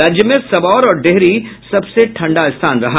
राज्य में सबौर और डेहरी सबसे ठंडा स्थान रहा